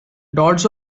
dots